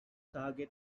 target